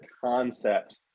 concept